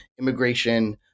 immigration